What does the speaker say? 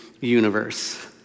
universe